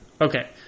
Okay